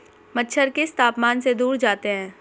मच्छर किस तापमान से दूर जाते हैं?